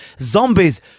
zombies